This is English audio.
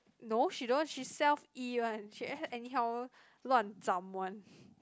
no she don't she self 医 one she a~ anyhow luan zam [one]